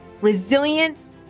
resilience